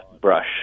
brush